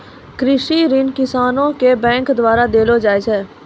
कृषि ऋण किसानो के बैंक द्वारा देलो जाय छै